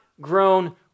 grown